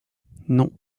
non